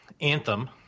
Anthem